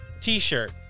T-shirt